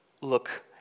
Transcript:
Look